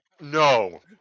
no